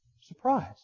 Surprised